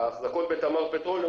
ההכנסות בתמר פטרוליום,